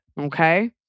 okay